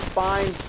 find